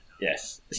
Yes